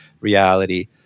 reality